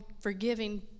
forgiving